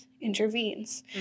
intervenes